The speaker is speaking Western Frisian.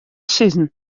sizzen